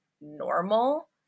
normal